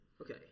Okay